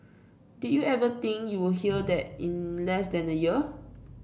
did you ever think you would hear that in less than a year